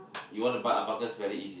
you wanna buy a alpacas very easy